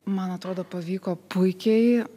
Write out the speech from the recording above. man atrodo pavyko puikiai